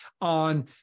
on